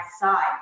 side